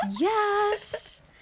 Yes